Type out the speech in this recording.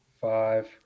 Five